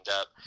up